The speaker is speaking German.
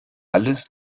alles